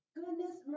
goodness